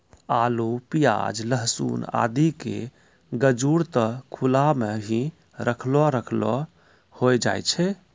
आलू, प्याज, लहसून आदि के गजूर त खुला मॅ हीं रखलो रखलो होय जाय छै